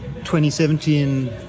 2017